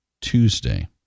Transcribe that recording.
Tuesday